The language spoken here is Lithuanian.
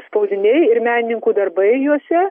spaudiniai ir menininkų darbai juose